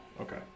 Okay